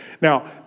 Now